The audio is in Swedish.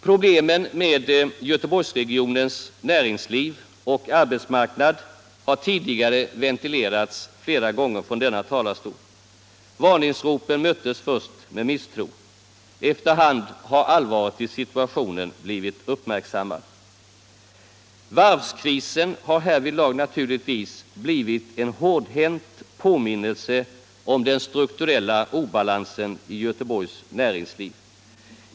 Problemen med Göteborgsregionens näringsliv och arbetsmarknad har tidigare ventilerats flera gånger från denna talarstol. Varningsropen möttes först med misstro. Efter hand har allvaret i situationen blivit uppmärksammad. Varvskrisen har härvidlag naturligtvis blivit en hårdhänt påminnelse om den strukturella obalansen i Göteborgs näringsliv.